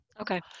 Okay